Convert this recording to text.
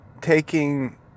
taking